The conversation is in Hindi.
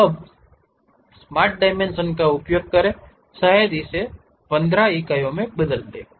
अब स्मार्ट डायमेंशन का उपयोग करें शायद इसे 15 इकाइयों में बदल दें